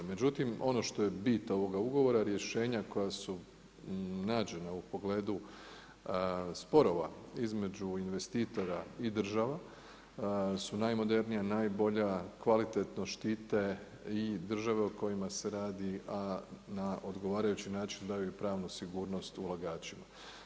Međutim, ono što je bit ovoga ugovora rješenja koja su nađena u pogledu sporova između investitora i država su najmodernija, najbolja, kvalitetno štite i države o kojim se radi a na odgovarajući način daju i pravnu sigurnost ulagačima.